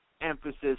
emphasis